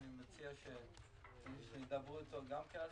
אני מציע שידברו איתו על זה.